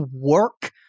work